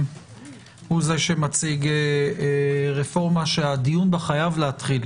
הוא זה שמציג רפורמה שהדיון בה חייב להתחיל